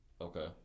okay